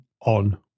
on